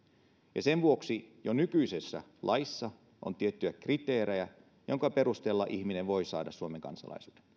sen vuoksi jo nykyisessä laissa on tiettyjä kriteerejä joidenka perusteella ihminen voi saada suomen kansalaisuuden